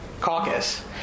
caucus